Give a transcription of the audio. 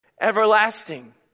Everlasting